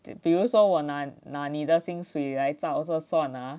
就比如说我拿你的薪水来照着算啊